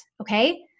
Okay